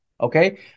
okay